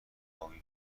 ابی